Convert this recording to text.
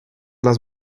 las